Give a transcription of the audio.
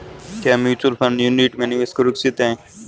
क्या mutual fund unit में निवेश सुरक्षित है?